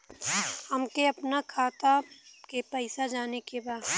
हमके आपन खाता के पैसा जाने के बा